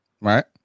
Right